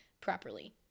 properly